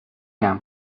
جمع